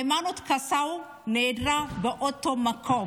היימנוט קסאו נעדרת מאותו מקום.